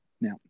Now